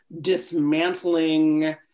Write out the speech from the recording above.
dismantling